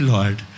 Lord